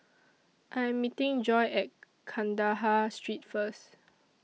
I Am meeting Joy At Kandahar Street First